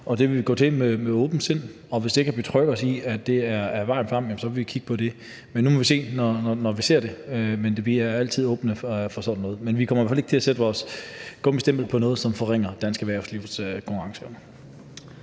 og det vil vi gå til med åbent sind. Og hvis det kan betrygge os i, at det er vejen frem, så vil vi kigge på det. Men nu må vi se, når det kommer, men vi er altid åbne for sådan noget. Men vi kommer i hvert fald ikke til at sætte vores gummistempel på noget, som forringer dansk erhvervslivs konkurrenceevne.